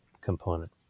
component